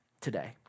today